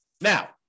Now